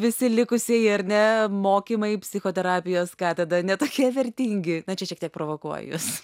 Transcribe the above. visi likusieji ar ne mokymai psichoterapijos ką tada ne tokie vertingi na čia šiek tiek provokuoju jus